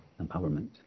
empowerment